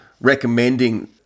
recommending